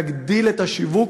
נגדיל את השיווק,